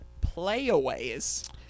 playaways